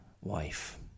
wife